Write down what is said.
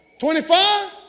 25